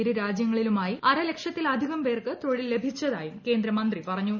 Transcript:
ഇരു രാജ്യങ്ങളിലുമായി അരലക്ഷത്തിലധികം പേർക്ക് തൊഴിൽ ലഭിച്ചതായും കേന്ദ്രമന്ത്രി പറഞ്ഞു